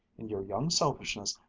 in your young selfishness,